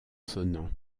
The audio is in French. sonnant